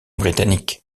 britanniques